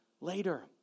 later